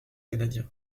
canadien